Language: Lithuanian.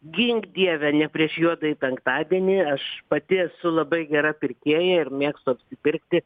gink dieve ne prieš juodąjį penktadienį aš pati esu labai gera pirkėja ir mėgstu apsipirkti